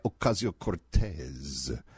Ocasio-Cortez